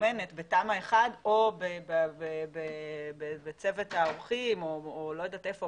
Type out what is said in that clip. שמסומנת בתמ"א 1 או בצוות העורכים או אני לא יודעת היכן,